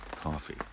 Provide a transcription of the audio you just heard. coffee